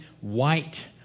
white